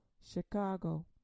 Chicago